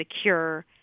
secure